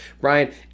Brian